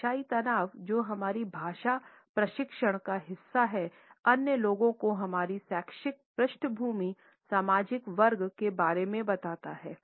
भाषाई तनाव जो हमारी भाषा प्रशिक्षण का हिस्सा है अन्य लोगों को हमारी शैक्षिक पृष्ठभूमिसामाजिक वर्ग के बारे में बताता है